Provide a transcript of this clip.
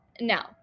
Now